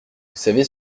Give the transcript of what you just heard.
savez